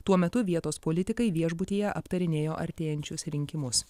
tuo metu vietos politikai viešbutyje aptarinėjo artėjančius rinkimus